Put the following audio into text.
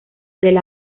del